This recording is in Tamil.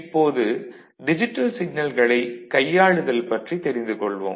இப்போது டிஜிட்டல் சிக்னல்களை கையாளுதல் பற்றி தெரிந்து கொள்வோம்